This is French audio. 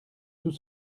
tout